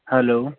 hello